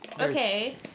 Okay